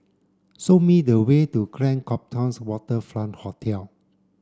show me the way to Grand Copthorne Waterfront Hotel